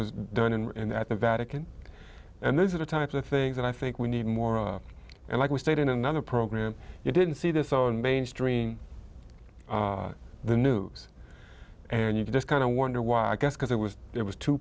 was done and at the vatican and those are the types of things that i think we need more and i stayed in another program you didn't see this on mainstream the news and you just kind of wonder why i guess because it was it was too